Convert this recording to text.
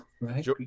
Right